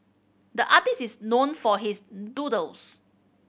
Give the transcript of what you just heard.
the artist is known for his doodles